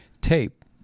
tape